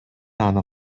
аны